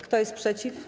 Kto jest przeciw?